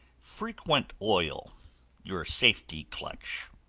frequent oil your safety-clutch.